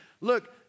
look